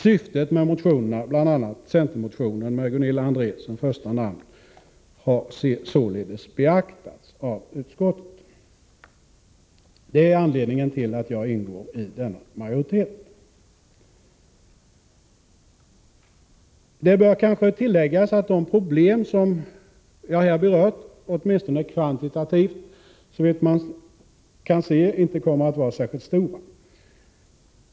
Syftet med motionerna, bl.a. centermotionen med Gunilla André som första namn, har således beaktats av utskottet. Detta är anledningen till att jag ingår i denna majoritet. Det bör kanske tilläggas att de problem som jag här berört åtminstone kvantitativt inte kommer att vara särskilt stora, såvitt man kan se.